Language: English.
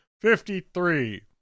Fifty-three